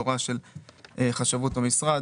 זו הוראה של חשבות במשרד,